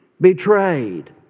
Betrayed